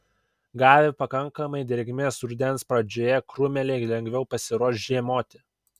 gavę pakankamai drėgmės rudens pradžioje krūmeliai lengviau pasiruoš žiemoti